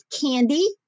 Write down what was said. candy